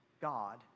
God